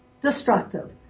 destructive